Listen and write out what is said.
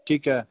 ਠੀਕ ਹੈ